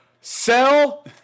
Sell